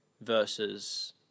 versus